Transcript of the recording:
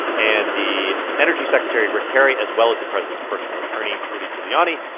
and the energy secretary, rick perry, as well as the president's personal attorney, rudy giuliani,